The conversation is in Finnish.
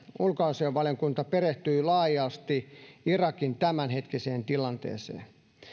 ulkoasiainvaliokunta perehtyi laajasti irakin tämänhetkiseen tilanteeseen